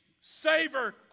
savor